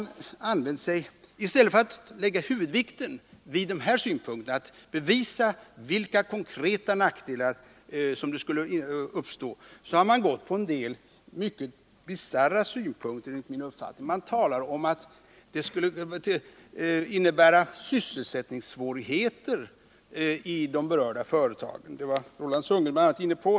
I stället för att lägga huvudvikten vid den synpunkt som innebär att det skall bevisas vilka konkreta nackdelar som skulle uppstå efter ett upphävande, har man fört fram en del enligt min uppfattning mycket bisarra synpunkter. Man talar om att det skulle innebära sysselsättningssvårigheter i de berörda företagen. Det var bl.a. Roland Sundgren också inne på.